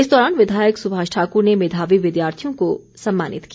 इस दौरान विधायक सुभाष ठाकुर ने मेधावी विद्यार्थियों को सम्मानित किया